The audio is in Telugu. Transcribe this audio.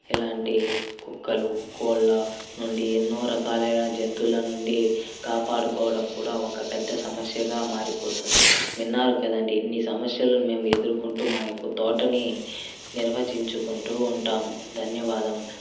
ఇలాంటి కుక్కలు కోళ్ల నుండి ఎన్నో రకాలైన జంతువుల నుండి కాపాడుకోవడం కూడా ఒక పెద్ద సమస్యగా మారిపోతుంది విన్నారు కదండీ ఇన్ని సమస్యలు మేము ఎదుర్కొంటూ మా యొక్క తోటను నిర్వచించుకుంటూ ఉంటాము ధన్యవాదములు